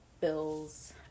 bills